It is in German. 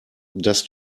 dass